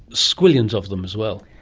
squillions of them as well.